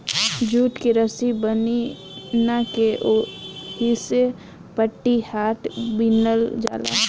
jute के रसी बना के ओहिसे पटिहाट बिनल जाला